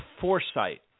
foresight